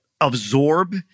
absorb